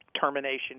termination